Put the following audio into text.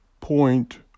point